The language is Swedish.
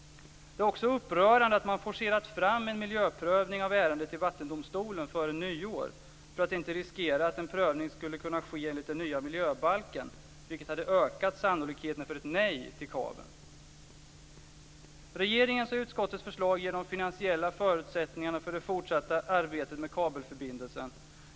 Det är också upprörande att man forcerat fram en miljöprövning av ärendet i vattendomstolen före nyår, för att inte riskera att en prövning skulle kunna ske enligt den nya miljöbalken, vilket hade ökat sannolikheten för ett nej till kabeln. Regeringens och utskottets förslag ger de finansiella förutsättningarna för det fortsatta arbetet med kabelförbindelsen.